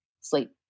sleep